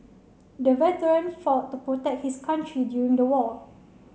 the veteran fought the protect his country during the war